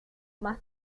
más